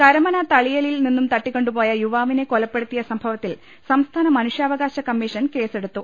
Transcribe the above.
കരമന തളിയലിൽ നിന്നും തട്ടിക്കൊണ്ടുപോയ യുവാവിനെ കൊലപ്പെടുത്തിയ സംഭവത്തിൽ സംസ്ഥാന മനുഷ്യാവകാശ കമ്മീ ഷൻ കേസെടുത്തു